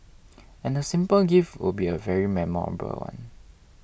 and the simple gift will be a very memorable one